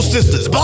Sisters